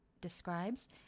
describes